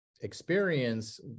experience